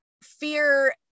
fear